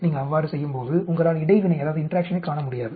நீங்கள் அவ்வாறு செய்யும்போது உங்களால் இடைவினையை காண முடியாது